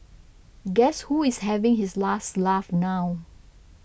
guess who is having his last laugh now